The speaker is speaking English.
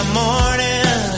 morning